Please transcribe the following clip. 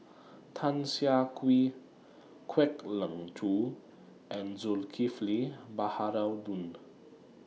Tan Siah Kwee Kwek Leng Joo and Zulkifli Baharudin